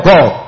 God